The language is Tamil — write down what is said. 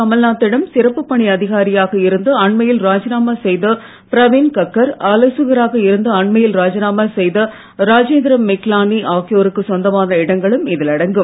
கமல்நாத் திடம் சிறப்புப் பணி அதிகாரியாக இருந்து அண்மையில் ராஜிநாமா செய்த ப்ரவீன் கக்கர் ஆலோசகராக இருந்து அண்மையில் ராஜிநாமா செய்த ராஜேந்திர மிக்லானி ஆகியோருக்குச் சொந்தமான இடங்களும் இதில் அடங்கும்